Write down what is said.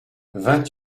vingt